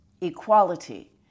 equality